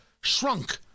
shrunk